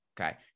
Okay